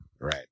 right